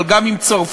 אבל גם עם צרפת